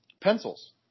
pencils